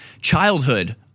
childhood